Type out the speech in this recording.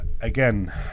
again